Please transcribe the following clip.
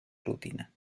rutina